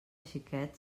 xiquet